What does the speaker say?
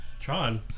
Tron